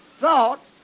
thought